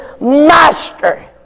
master